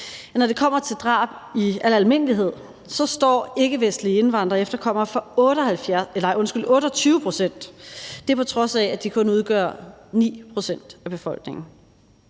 Når det kommer til drab i al almindelighed, står ikkevestlige indvandrere og efterkommere for 28 pct., og det er, på trods af at de kun udgør 9 pct. af befolkningen.